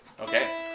okay